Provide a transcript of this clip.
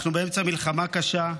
אנחנו באמצע מלחמה קשה,